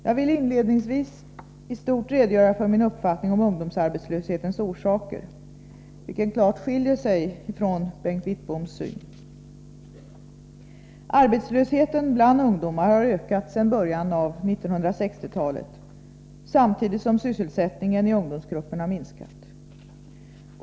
Jag vill inledningsvis i stort redogöra för min uppfattning om ungdomsarbetslöshetens orsaker, vilken klart skiljer sig från Bengt Wittboms syn. Arbetslösheten bland ungdomar har ökat sedan början av 1960-talet, samtidigt som sysselsättningen i ungdomsgruppen har minskat.